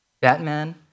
Batman